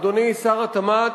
אדוני שר התמ"ת,